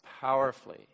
powerfully